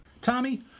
Tommy